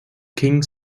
king